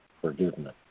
forgiveness